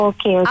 Okay